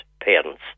parents